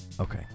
Okay